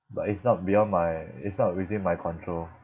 but it's not beyond my it's not within my control